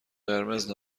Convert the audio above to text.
قرمز